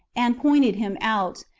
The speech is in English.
and pointed him out,